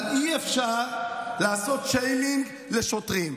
אבל אי-אפשר לעשות שיימינג לשוטרים,